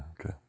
okay